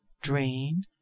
drain